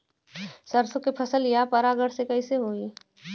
सरसो के फसलिया परागण से कईसे होई?